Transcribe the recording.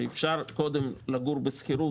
שאפשר קודם לגור בשכירות,